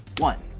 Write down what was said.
one.